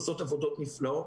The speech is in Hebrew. כי הם עושים עבודה מאוד קשה.